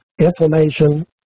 inflammation